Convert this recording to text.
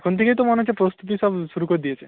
এখন থেকেই তো মনে হচ্ছে প্রস্তুতি সব শুরু করে দিয়েছে